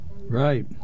right